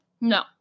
No